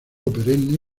perenne